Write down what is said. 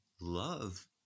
Love